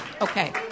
Okay